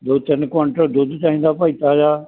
ਦੋ ਤਿੰਨ ਕੁਇੰਟਲ ਦੁੱਧ ਚਾਹੀਦਾ ਭਾਈ ਤਾਜ਼ਾ